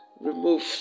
remove